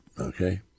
Okay